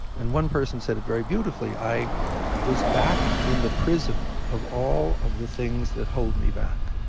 and one person said very beautifully, i was back in the prison of all of the things that hold me back,